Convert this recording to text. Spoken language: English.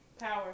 Power